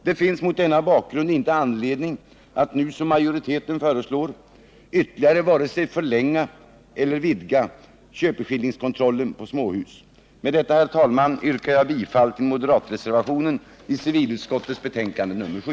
Det finns mot denna bakgrund inte anledning att nu, som majoriteten föreslår, ytterligare vare sig förlänga eller vidga köpeskillingskontrollen för småhus. Med detta, herr talman, yrkar jag bifall till moderatreservationen till civilutskottets betänkande nr 7.